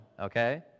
okay